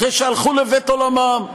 אחרי שהלכו לבית עולמם,